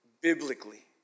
biblically